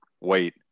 wait